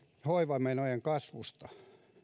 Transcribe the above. hoivamenojen kasvusta